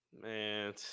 Man